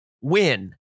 win